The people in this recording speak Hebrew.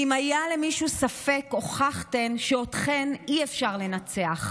כי אם היה למישהו ספק, הוכחתן שאתכן אי-אפשר לנצח.